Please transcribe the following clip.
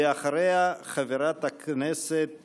ואחריה, חברת הכנסת